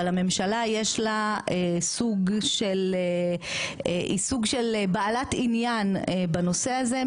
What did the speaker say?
אבל הממשלה יש לה סוג של עיסוק של בעלת עניין בנושא הזה,